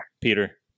Peter